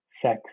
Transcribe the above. sex